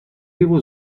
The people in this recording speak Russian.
его